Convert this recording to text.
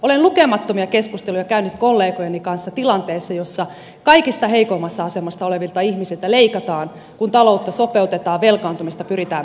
olen lukemattomia keskusteluja käynyt kollegojeni kanssa tilanteessa jossa kaikista heikoimmassa asemassa olevilta ihmisiltä leikataan kun taloutta sopeutetaan velkaantumista pyritään taittamaan